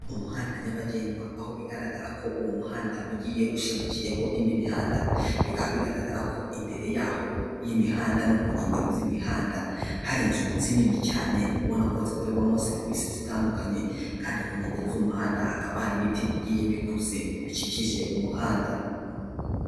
Umuhanda nyabagendwa. Aho bigaragara ko uwo muhanda ugiye ushambikiyeho indi mihanda. Bikaba bigaragara ko imbere y'aho y'imihanda no ku nkengero z'imihanda, hari inzu zinini cyane, ubona ko zikorerwamo serivisi zitandukanye kandi ku nkengero z'umuhanda, hakaba hari ibiti bigiye bikuze bikikije umuhanda.